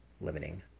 limiting